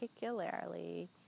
particularly